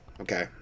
okay